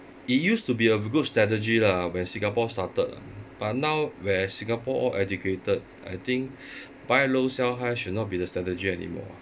it used to be a good strategy lah when Singapore started lah but now where Singapore all educated I think buy low sell high should not be the strategy anymore ah